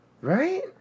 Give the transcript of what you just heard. right